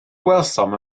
gwelsom